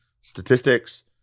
statistics